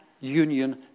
union